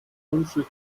funzel